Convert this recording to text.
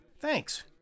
Thanks